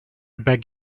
beg